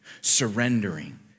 surrendering